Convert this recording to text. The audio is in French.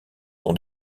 son